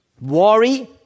worry